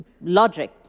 logic